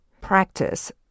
practice